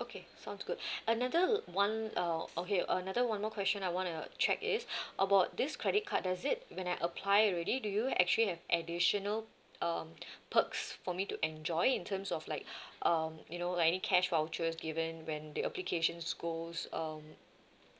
okay sounds good another one uh okay another one more question I want to check is about this credit card does it when I apply already do you actually have additional um perks for me to enjoy in terms of like um you know like any cash vouchers given when the applications goes um